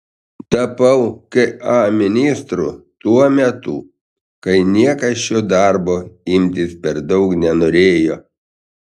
tapau ka ministru tuo metu kai niekas šio darbo imtis per daug nenorėjo